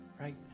Right